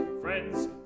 friends